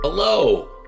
Hello